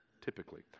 typically